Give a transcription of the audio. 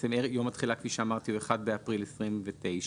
יום התחילה, כפי שאמרתי, הוא 1 באפריל 2029